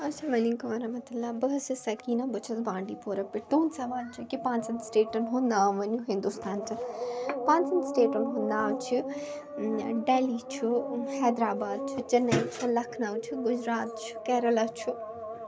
السلام علیکُم وَرحمتُہ اللہ بہٕ حظ چھَس سکیٖنَہ بہٕ چھَس بانٛڈی پورَہ پٮ۪ٹھ تُہُنٛد سوال چھُ کہِ پانٛژَن سٹیٹَن ہُند ناو ؤنِو ہِندوستان چہِ پانٛژَن سٹیٹَن ہُنٛد ناو چھُ ڈہلی چھُ حیدرآباد چھُ چِنے چھُ لَکھنو چھُ گُجرات چھُ کیریلا چھُ